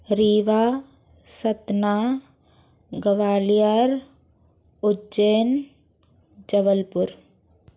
Rewa Satna Gwalior Ujjain Jabalpur